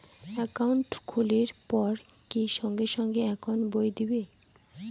Account খুলির পর কি সঙ্গে সঙ্গে একাউন্ট বই দিবে?